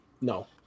No